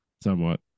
Somewhat